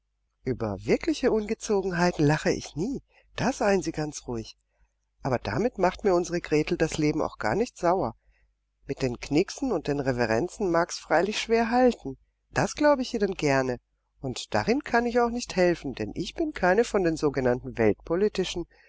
ueber wirkliche ungezogenheiten lache ich nie da seien sie ganz ruhig aber damit macht mir unsere gretel das leben auch gar nicht sauer mit den knixen und reverenzen mag's freilich schwer halten das glaub ich ihnen gerne und darin kann ich auch nicht helfen denn ich bin keine von den sogenannten